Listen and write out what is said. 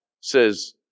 says